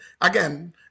Again